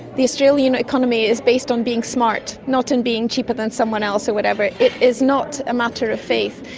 the australian economy is based on being smart, not on and being cheaper than someone else or whatever, it is not a matter of faith.